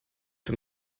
dem